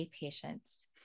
patients